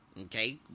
Okay